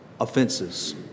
offenses